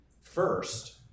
First